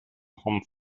home